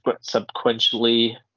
subsequently